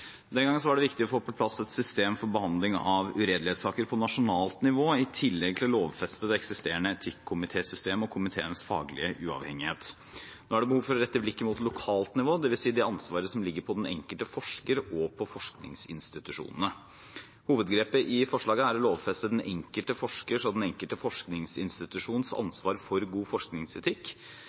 var det viktig å få på plass et system for behandling av uredelighetssaker på nasjonalt nivå, i tillegg til å lovfeste det eksisterende etikkomitésystemet og komiteens faglige uavhengighet. Nå er det behov for å rette blikket mot lokalt nivå, dvs. det ansvaret som ligger på den enkelte forsker og på forskningsinstitusjonene. Hovedgrepet i forslaget er å lovfeste den enkelte forskers og den enkelte forskningsinstitusjons ansvar for god forskningsetikk.